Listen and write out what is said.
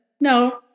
No